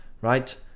Right